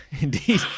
Indeed